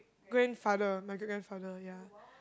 grandfather my great grandfather ya